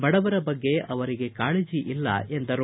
ಬಡವರ ಬಗ್ಗೆ ಅವರಿಗೆ ಕಾಳಜಿ ಇಲ್ಲ ಎಂದರು